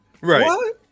Right